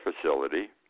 facility